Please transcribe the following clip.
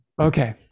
okay